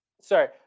Sorry